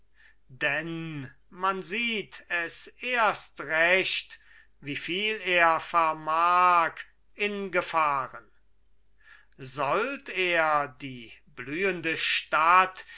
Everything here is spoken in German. denn man sieht es erst recht wie viel er vermag in gefahren sollt er die blühende stadt